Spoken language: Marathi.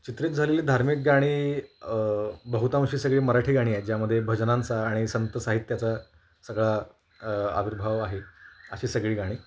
चित्रित झालेली धार्मिक गाणी बहुतांशी सगळी मराठी गाणी आहेत ज्यामध्ये भजनांचा आणि संतसाहित्याचा सगळा आविर्भाव आहे अशी सगळी गाणी